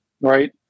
right